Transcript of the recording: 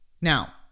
Now